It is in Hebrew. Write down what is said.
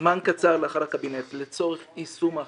זמן קצר לאחר הקבינט, לצורך יישום ההחלטה,